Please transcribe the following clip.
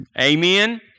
Amen